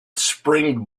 spring